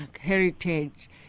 heritage